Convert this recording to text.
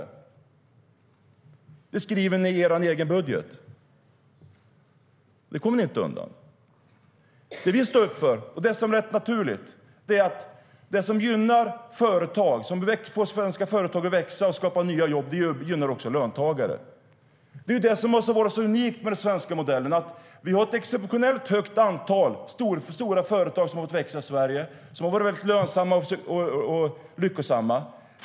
Det skriver ni i er egen budget. Det kommer ni inte undan. Det som vi står upp för och det som är rätt naturligt är att det som gynnar svenska företag och får dem att växa och skapa nya jobb gynnar också löntagare. Det är det som har varit så unikt med den svenska modellen, att vi har ett exceptionellt högt antal stora företag som har fått växa i Sverige, som har varit väldigt lönsamma och lyckosamma.